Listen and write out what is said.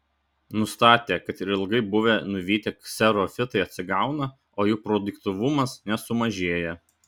nustatė kad ir ilgai buvę nuvytę kserofitai atsigauna o jų produktyvumas nesumažėja